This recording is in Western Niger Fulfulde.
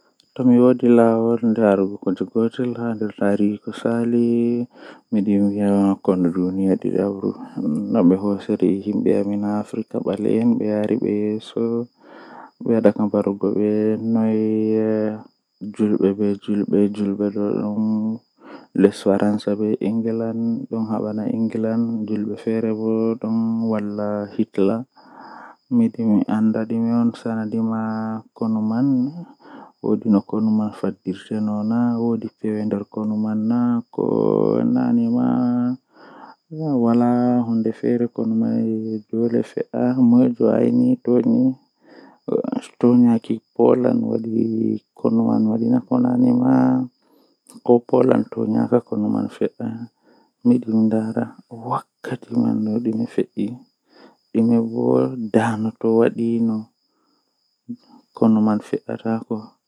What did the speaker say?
Ndikka mi tokka larugo mi wala nana ngam tomi don laara mi andan kala ko fe'oto kala ko fe'e pat mi laran nden bo mi laaran bikkon am mi laaran sobiraabe am mi laaran saro'en am amma bo to midon nana on tan mi nanan be amma mi laarata be kanjum do nawdum masin